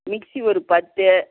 mixie ஒரு பத்து